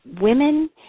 Women